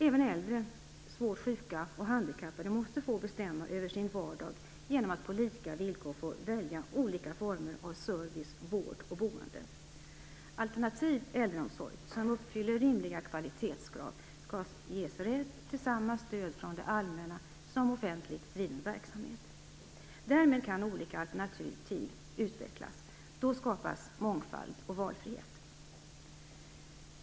Även äldre, svårt sjuka och handikappade måste få bestämma över sin vardag genom att på lika villkor få välja olika former av service, vård och boende. Alternativ äldreomsorg som uppfyller rimliga kvalitetskrav skall ges rätt till samma stöd från det allmänna som offentligt driven verksamhet. Därmed kan olika alternativ utvecklas. Då skapas mångfald och valfrihet.